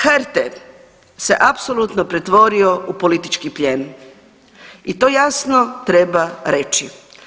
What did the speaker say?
HRT se apsolutno pretvorio u politički plijen i to jasno treba reći.